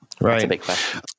Right